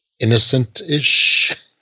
innocent-ish